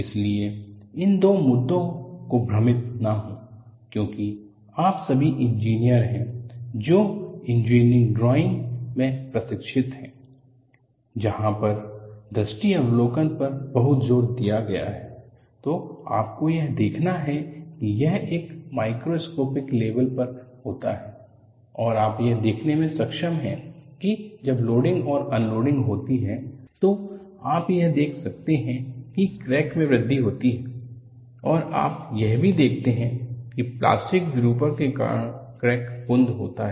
इसलिए इन दो मुद्दों को भ्रमित न हों क्योंकि आप सभी इंजीनियर हैं जो इंजीनियरिंग ड्राइंग में प्रशिक्षित हैं जहां पर दृश्यावलोकन पर बहुत ज़ोर दिया गया है तो आपको यह देखना है कि यह एक माइक्रोस्कोपिक लेवल पर होता है और आप यह देखने में सक्षम हैं कि जब लोडिंग और अनलोडिंग होती है तो आप यह देख सकते हैं कि क्रैक में वृद्धि होती है और आप यह भी देखते है कि प्लास्टिक विरूपण के कारण क्रैक कुंद होता है